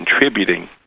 contributing